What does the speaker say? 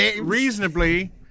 reasonably